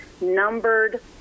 numbered